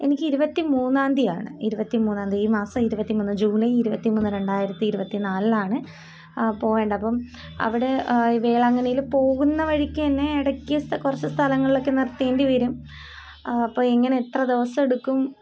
എനിക്ക് ഇരുപത്തി മൂന്നാം തീയതിയാണ് ഇരുപത്തി മൂന്നാം തീയതി ഈ മാസം ഇരുപത്തി മൂന്ന് ജൂലൈ ഇരുപത്തി മൂന്ന് രണ്ടായിരത്തി ഇരുപത്തി നാലിനാണ് പോകേണ്ടത് അപ്പം അവിടെ ഈ വേളാങ്കണ്ണിയിൽ പോകുന്ന വഴിക്ക് തന്നെ ഇടയ്ക്ക് കുറച്ച് സ്ഥലങ്ങളിലൊക്കെ നിർത്തേണ്ടി വരും അപ്പം എങ്ങനെ എത്ര ദിവസമെടുക്കും